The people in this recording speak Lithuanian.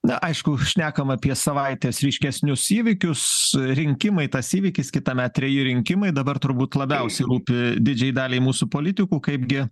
na aišku šnekam apie savaitės ryškesnius įvykius rinkimai tas įvykis kitąmet treji rinkimai dabar turbūt labiausiai rūpi didžiajai daliai mūsų politikų kaip gi